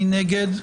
מי נגד?